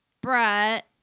Brett